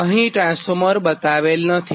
અહીં ટ્રાન્સફોર્મર બતાવેલ નથી